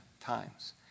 times